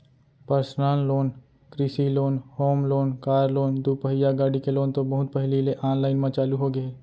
personal loan, कृषि loan, home loan, car loan, दुपहिया गाड़ी के लोन तो बहुत पहिली ले आनलाइन म चालू होगे हे